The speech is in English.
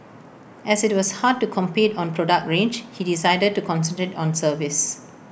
as IT was hard to compete on product range he decided to concentrate on service